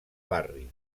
barri